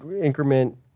increment